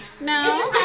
No